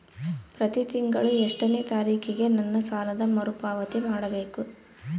ಪ್ರತಿ ತಿಂಗಳು ಎಷ್ಟನೇ ತಾರೇಕಿಗೆ ನನ್ನ ಸಾಲದ ಮರುಪಾವತಿ ಮಾಡಬೇಕು?